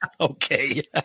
Okay